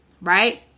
Right